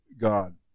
God